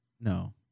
No